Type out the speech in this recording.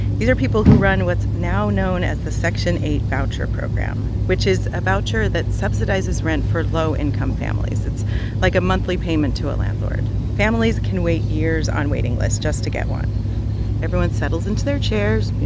these are people who run what's now known as the section eight voucher program, which is a voucher that subsidizes rent for low-income families. it's like a monthly payment to a landlord. families can wait years on waiting lists just to get one everyone settles into their chairs, you